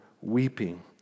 weeping